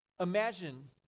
Imagine